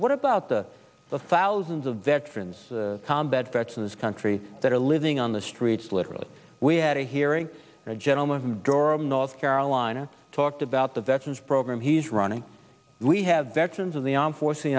what about the the thousands of veterans combat vets in this country that are living on the streets literally we had a hearing a gentleman from durham north carolina talked about the veterans program he's running we have veterans of the armed forces